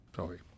Sorry